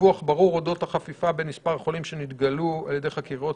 דיווח ברור אודות החפיפה בין מספר החולים שנתגלו על ידי חקירות